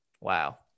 wow